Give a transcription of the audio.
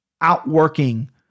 outworking –